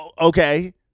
okay